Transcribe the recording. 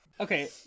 Okay